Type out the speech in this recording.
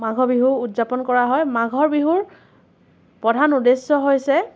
মাঘ বিহু উদযাপন কৰা হয় মাঘ বিহুৰ প্ৰধান উদ্দেশ্য হৈছে